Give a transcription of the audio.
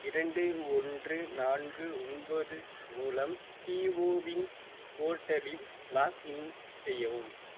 இரண்டு ஒன்று நான்கு ஒன்பது மூலம் சிஓவின் போர்ட்டலில் லாக் இன் செய்யவும்